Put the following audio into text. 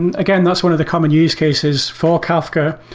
and again, that's one of the common use cases for kafka,